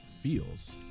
feels